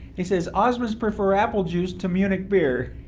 it says, osmonds prefer apple juice to munich beer.